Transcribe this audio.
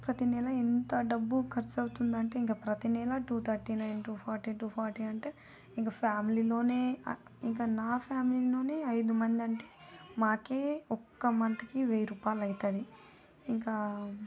ప్రతి నెల ఎంత డబ్బు ఖర్చు అవుతుంది అంటే ఇంకా ప్రతి నెల two thirty nine two forty two forty అంటే ఇంకా ఫ్యామిలీలోనే ఇంకా నా ఫ్యామిలీలోనే ఐదు మంది అంటే మాకే ఒక్క మంత్కి వెయ్యి రూపాయలు అయితది ఇంకా